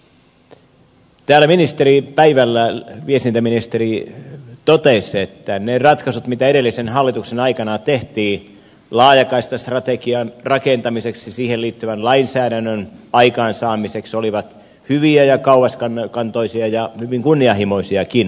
täällä viestintäministeri päivällä totesi että ne ratkaisut mitä edellisen hallituksen aikana tehtiin laajakaistastrategian rakentamiseksi siihen liittyvän lainsäädännön aikaansaamiseksi olivat hyviä ja kauaskantoisia ja hyvin kunnianhimoisiakin hankkeita